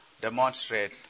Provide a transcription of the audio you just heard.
demonstrate